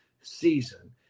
season –